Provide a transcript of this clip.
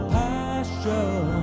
passion